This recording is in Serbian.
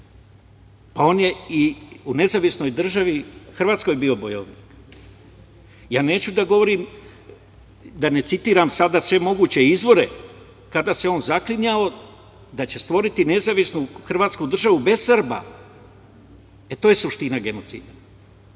Pa on je i u Nezavisnoj Državi Hrvatskoj bio bojovnik. Ja neću da govorim, da ne citiram sada sve moguće izvore, kada se on zaklinjao da će stvoriti nezavisnu hrvatsku državu bez Srba. E, to je suština genocida.